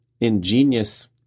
ingenious